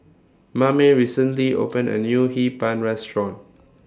Mame recently opened A New Hee Pan Restaurant